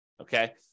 okay